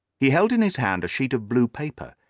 he held in his hand a sheet of blue paper,